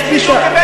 מישהו,